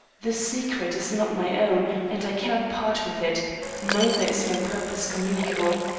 the secret is not my own and i cannot part with it neither is my purpose communicable.